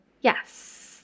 yes